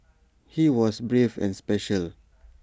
he was brave and special